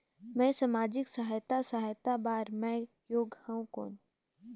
मैं समाजिक सहायता सहायता बार मैं योग हवं कौन?